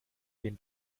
den